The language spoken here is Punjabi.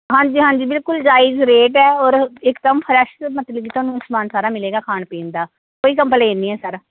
ਹਾਂਜੀ ਹਾਂਜੀ ਬਿਲਕੁਲ ਜਾਇਜ਼ ਰੇਟ ਹੈ ਔਰ ਇਕਦਮ ਫਰੈਸ਼ ਮਤਲਬ ਕਿ ਤੁਹਾਨੂੰ ਸਮਾਨ ਸਾਰਾ ਮਿਲੇਗਾ ਖਾਣ ਪੀਣ ਦਾ ਕੋਈ ਕੰਪਲੇਨ ਨਹੀਂ ਹੈ ਸਰ